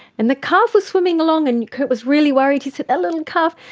and the calf was swimming along and curt was really worried, he said, that little calf,